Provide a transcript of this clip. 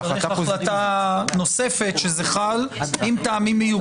צריך החלטה נוספת שזה חל עם טעמים מיוחדים.